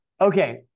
okay